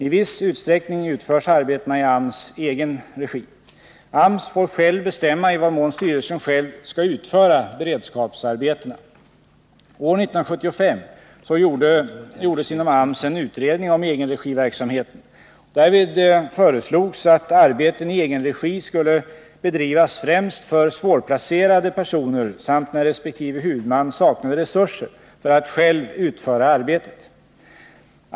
I viss utsträckning utförs arbetena i AMS egen regi. AMS får själv bestämma i vad mån styrelsen själv skall utföra beredskapsarbetena. År 1975 gjordes inom AMS en utredning om egenregiverksamheten. Därvid föreslogs att arbeten i egen regi skulle bedrivas främst för svårplacerade personer samt när resp. huvudman saknade resurser för att själv utföra arbetet.